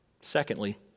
Secondly